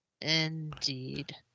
Indeed